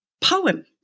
poem